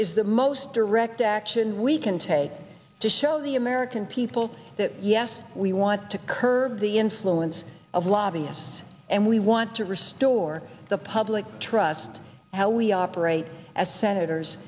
is the most direct action we can take to show the american people that yes we want to curb the influence of lobbyists and we want to restore the public trust how we operate as senators